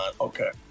Okay